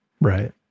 Right